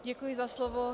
Děkuji za slovo.